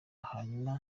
hanyuma